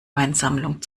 weinsammlung